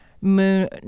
Moon